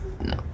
No